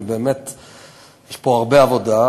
ובאמת יש פה הרבה עבודה.